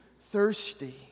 thirsty